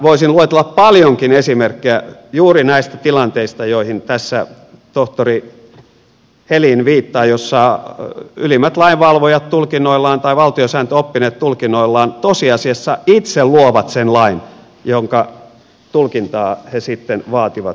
voisin luetella paljonkin esimerkkejä juuri näistä tilanteista joihin tässä tohtori helin viittaa joissa ylimmät lainvalvojat tulkinnoillaan tai valtiosääntöoppineet tulkinnoillaan tosiasiassa itse luovat sen lain jonka tulkintaa he sitten vaativat seurattavaksi